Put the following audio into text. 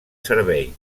servei